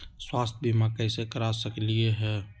स्वाथ्य बीमा कैसे करा सकीले है?